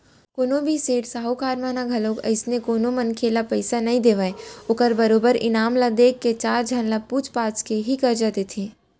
कोनो भी सेठ साहूकार मन ह घलोक अइसने कोनो मनखे ल पइसा नइ देवय ओखर बरोबर ईमान ल देख के चार झन ल पूछ पाछ के ही करजा देथे